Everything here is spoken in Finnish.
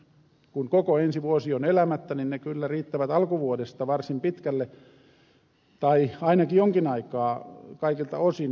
kun koko ensi vuosi on elämättä ne kyllä riittävät alkuvuodesta varsin pitkälle tai ainakin jonkin aikaa kaikilta osin